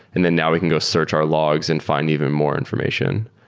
and then now we can go search our logs and find even more information.